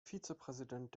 vizepräsident